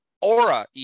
Aura